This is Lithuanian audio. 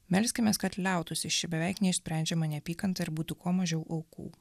melskimės kad liautųsi ši beveik neišsprendžiama neapykanta ir būtų kuo mažiau aukų